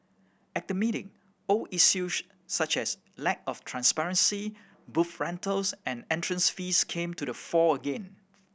at the meeting old issues such as lack of transparency booth rentals and entrance fees came to the fore again